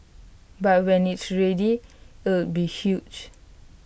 but when it's ready it'll be huge